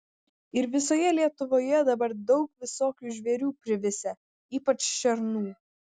ir visoje lietuvoje dabar daug visokių žvėrių privisę ypač šernų